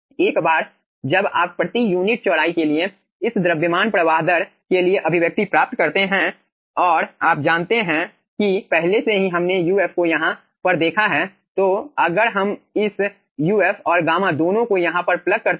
एक बार जब आप प्रति यूनिट चौड़ाई के लिए इस द्रव्यमान प्रवाह दर के लिए अभिव्यक्ति प्राप्त करते हैं और आप जानते हैं कि पहले से ही हमने uf को यहां पर देखा है तो अगर हम इस uf और गामा दोनों को यहां पर प्लग करते हैं